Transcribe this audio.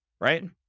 right